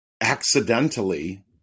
accidentally